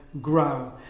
grow